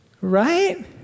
Right